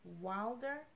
Wilder